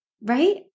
Right